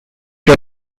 your